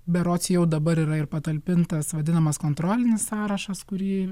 berods jau dabar yra ir patalpintas vadinamas kontrolinis sąrašas kurį